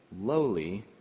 lowly